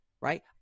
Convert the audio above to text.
right